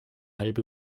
halbe